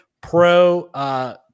pro